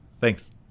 Thanks